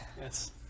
yes